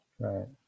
Right